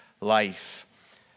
life